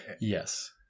yes